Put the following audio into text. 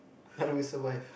I will survive